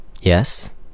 yes